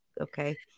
Okay